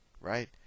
right